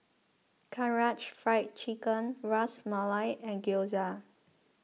Karaage Fried Chicken Ras Malai and Gyoza